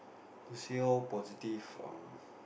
see how positive um